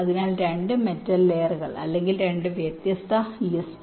അതിനാൽ 2 മെറ്റൽ ലയറുകൾ അല്ലെങ്കിൽ 2 വ്യത്യസ്ത ലിസ്റ്റ്